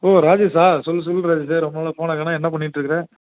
ஓ ராஜேஷா சொல்லு சொல்லு ராஜேஷ் ரொம்ப நாளாக ஃபோனை காணாம் என்ன பண்ணிகிட்ருக்குற